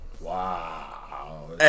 Wow